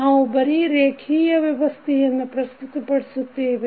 ನಾವು ಬರಿ ರೇಖಿಯ ವ್ಯವಸ್ಥೆಯನ್ನು ಪ್ರಸ್ತುತಪಡಿಸುತ್ತೇವೆ